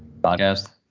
Podcast